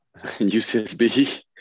UCSB